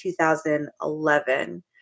2011